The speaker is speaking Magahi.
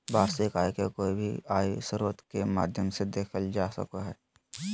वार्षिक आय के कोय भी आय स्रोत के माध्यम से देखल जा सको हय